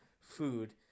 food